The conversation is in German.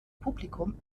publikum